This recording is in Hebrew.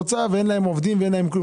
אין להם עובדים ואין להם כלום.